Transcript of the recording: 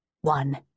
one